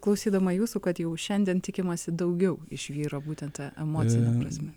klausydama jūsų kad jau šiandien tikimasi daugiau iš vyro būtent ta emocine prasme